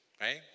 right